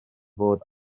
fod